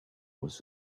was